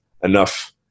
enough